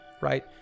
right